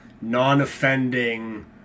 non-offending